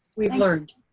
we've learned.